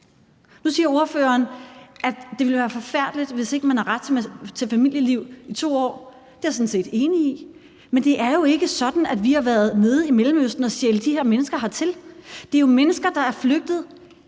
Nu siger ordføreren, at det ville være forfærdeligt, hvis ikke man havde ret til et familieliv i 2 år. Det er jeg sådan set enig i, men det er jo ikke sådan, at vi har været nede i Mellemøsten og stjæle de her mennesker hertil. Det er jo mennesker, der er flygtet,